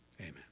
amen